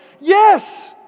Yes